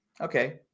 Okay